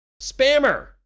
Spammer